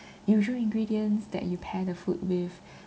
usual ingredients that you pair the food with